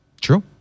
True